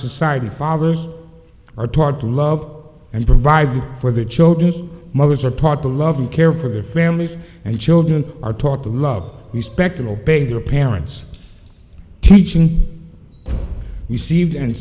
society fathers are taught to love and provide for the children's mothers are taught to love and care for their families and children are taught to love the spectacle their parents teaching received and